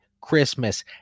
Christmas